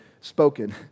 spoken